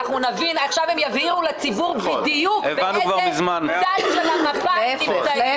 הם עכשיו יבהירו לציבור באיזה צד בדיוק של המפה הם נמצאים.